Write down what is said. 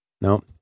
No